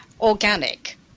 organic